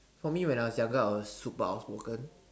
for me when I was younger I was super outspoken